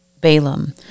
Balaam